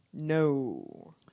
No